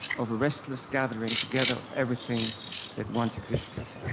of a restless gathering together of everything that once existed.